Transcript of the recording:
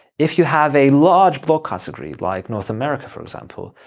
if you have a large blog category like north america for example,